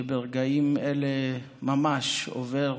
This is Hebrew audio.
שברגעים אלה ממש עובר